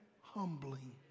humbling